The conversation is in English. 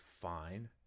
fine